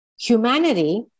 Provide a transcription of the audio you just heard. Humanity